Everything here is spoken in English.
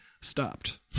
stopped